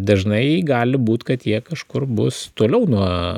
dažnai gali būt kad jie kažkur bus toliau nuo